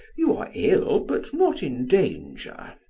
you are ill, but not in danger.